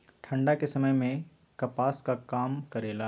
ठंडा के समय मे कपास का काम करेला?